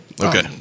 Okay